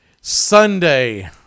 Sunday